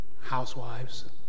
housewives